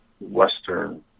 Western